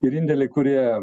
ir indėliai kurie